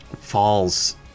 falls